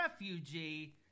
refugee